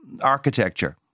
architecture